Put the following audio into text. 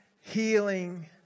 healing